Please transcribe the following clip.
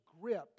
grip